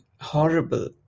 horrible